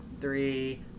three